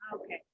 Okay